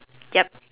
yup